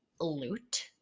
Loot